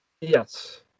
Yes